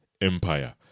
Empire